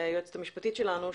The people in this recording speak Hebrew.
היועצת המשפטית שלנו,